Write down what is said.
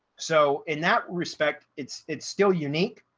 so in that respect, it's it's still unique,